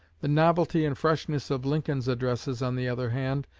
the novelty and freshness of lincoln's addresses, on the other hand,